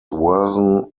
worsen